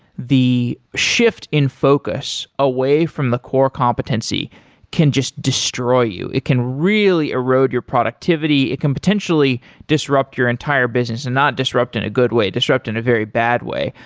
the shift in focus away from the core competency can just destroy you. it can really erode your productivity. it can potentially disrupt your entire business and not disrupt in a good way. disrupt in a very bad way.